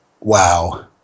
wow